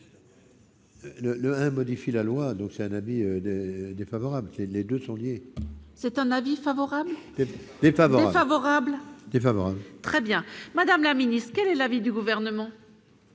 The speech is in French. le un modifie la loi, donc c'est un habit de défavorable qui les 2 sont liés. C'est un avis favorable, l'épave favorable, défavorable, très bien, Madame la Ministre, quel est l'avis du gouvernement.